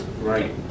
Right